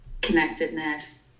Connectedness